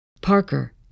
Parker